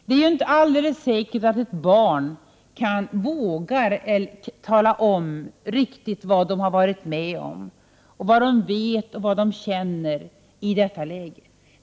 Det är inte alls säkert att barn vågar tala om riktigt vad de har varit med om, vad de vet och hur de känner i det läget.